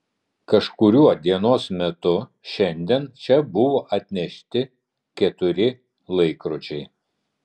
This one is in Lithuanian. kažkuriuo dienos metu šiandien čia buvo atnešti keturi laikrodžiai